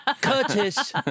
Curtis